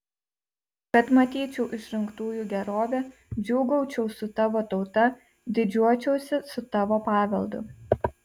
kad matyčiau išrinktųjų gerovę džiūgaučiau su tavo tauta didžiuočiausi su tavo paveldu